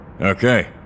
Okay